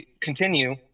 continue